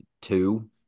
two